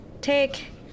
take